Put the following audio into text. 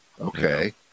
Okay